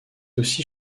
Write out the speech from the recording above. aussi